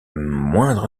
moindre